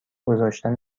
گذاشتن